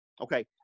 okay